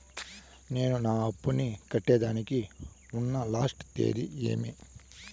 నేను నా అప్పుని కట్టేదానికి ఉన్న లాస్ట్ తేది ఏమి?